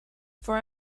for